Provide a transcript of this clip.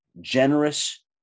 generous